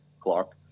Clark